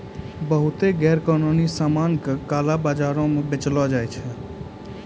बहुते गैरकानूनी सामान का काला बाजार म बेचलो जाय छै